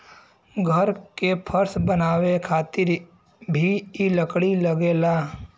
घर के फर्श बनावे खातिर भी इ लकड़ी लगेला